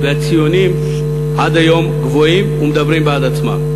והציונים עד היום גבוהים ומדברים בעד עצמם.